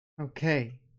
okay